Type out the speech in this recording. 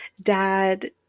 Dad